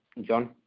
John